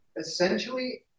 Essentially